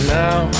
now